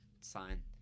sign